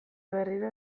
berriro